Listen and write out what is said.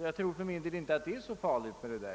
Jag tror för min del inte att det är så farligt med det.